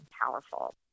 powerful